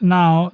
now